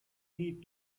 need